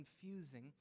confusing